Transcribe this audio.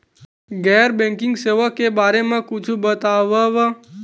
गैर बैंकिंग सेवा के बारे म कुछु बतावव?